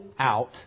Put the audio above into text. out